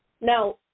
Now